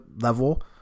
level